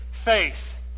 faith